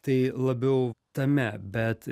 tai labiau tame bet